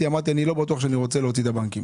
אמרתי: לא בטוח שרוצה להוציא את הבנקים